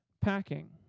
packing